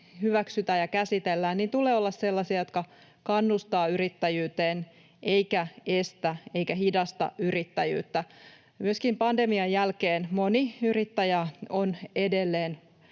hyväksytään ja käsitellään, tulee olla sellaisia, että ne kannustavat yrittäjyyteen eivätkä estä eivätkä hidasta yrittäjyyttä. Myöskin pandemian jälkeen moni yrittäjä on edelleen